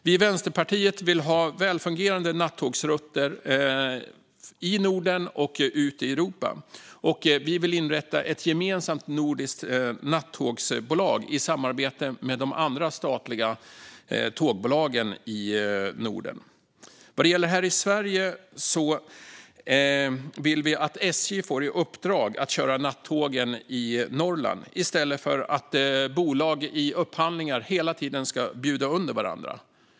Vi i Vänsterpartiet vill ha välfungerande nattågsrutter i Norden och ut i Europa, och vi vill inrätta ett gemensamt nordiskt nattågsbolag i samarbete med de andra statliga tågbolagen i Norden. Vad gäller nattågen här i Sverige vill vi att SJ får i uppdrag att köra dem i Norrland, i stället för att bolag hela tiden ska bjuda under varandra i upphandlingar.